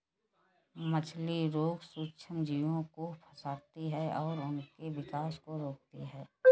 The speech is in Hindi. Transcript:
मछली रोग सूक्ष्मजीवों को फंसाती है और उनके विकास को रोकती है